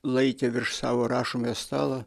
laikė virš savo rašomojo stalo